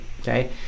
okay